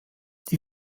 die